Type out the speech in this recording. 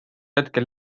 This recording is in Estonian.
hetkel